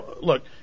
Look